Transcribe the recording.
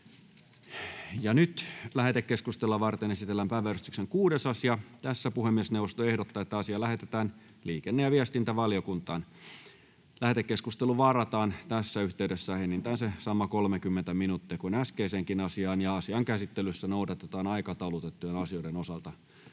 Lähetekeskustelua varten esitellään päiväjärjestyksen 6. asia. Puhemiesneuvosto ehdottaa, että asia lähetetään liikenne- ja viestintävaliokuntaan. Lähetekeskusteluun varataan tässä yhteydessä enintään se sama 30 minuuttia kuin äskeiseenkin asiaan, ja asian käsittelyssä noudatetaan aikataulutettujen asioiden osalta